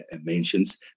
mentions